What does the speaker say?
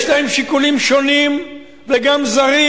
יש להם שיקולים שונים וגם זרים,